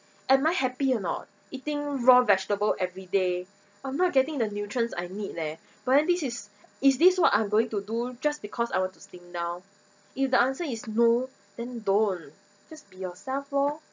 am I happy or not eating raw vegetable every day I'm not getting the nutrients I need leh but then this is is this what I'm going to do just because I want to slim down if the answer is no then don't just be yourself lor